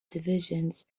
divisions